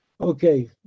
okay